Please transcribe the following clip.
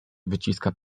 wyciska